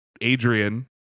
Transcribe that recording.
adrian